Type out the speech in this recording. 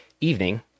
evening